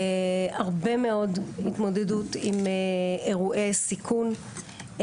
הרבה מאוד התמודדות עם אירועי סיכון,